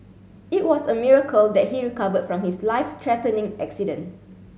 it was a miracle that he recovered from his life threatening accident